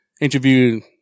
interviewed